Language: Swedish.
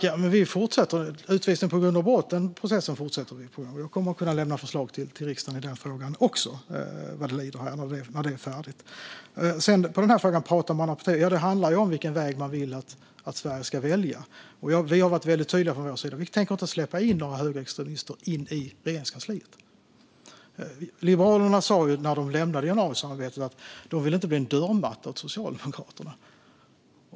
Fru talman! Vi fortsätter. Utvisning på grund av brott, den processen fortsätter vi. Jag kommer att kunna lämna förslag till riksdagen också i den frågan vad det lider, när arbetet är färdigt. Frågan om att prata med alla partier handlar om vilken väg man vill att Sverige ska välja. Vi har varit tydliga från vår sida: Vi tänker inte släppa in några högerextremister i Regeringskansliet. Liberalerna sa när de lämnade januarisamarbetet att de inte ville bli en dörrmatta åt Socialdemokraterna.